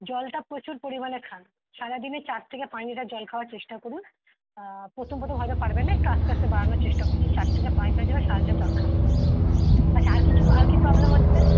জলটা প্রচুর পরিমাণে খান সারা দিনে চার থেকে পাঁচ লিটার জল খাওয়ার চেষ্টা করুন প্রথম প্রথম হয়তো পারবেন না একটু আস্তে আস্তে বাড়ানোর চেষ্টা করুন চার থেকে পাঁচবার যেন সারা দিনে জল খান আচ্ছা আর কিছু আর কি প্রবলেম হচ্ছে